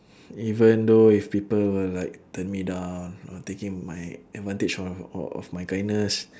even though if people will like turn me down or taking my advantage o~ of of my kindness